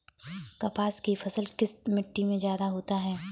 कपास की फसल किस मिट्टी में ज्यादा होता है?